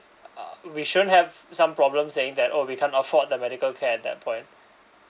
uh we shouldn't have some problem saying that oh we can't afford the medical care at that point